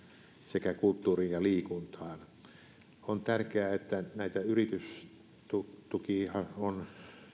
sekä kulttuuriin ja liikuntaan on tärkeää että näitä yritystukia on